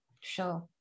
sure